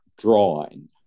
drawing